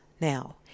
now